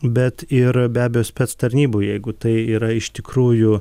bet ir be abejo spets tarnybų jeigu tai yra iš tikrųjų